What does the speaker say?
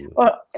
well, and